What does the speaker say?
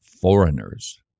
foreigners